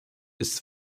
ist